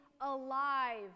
alive